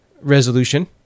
resolution